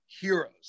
Heroes